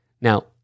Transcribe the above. Now